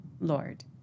Lord